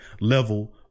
level